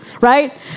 right